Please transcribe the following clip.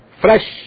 fresh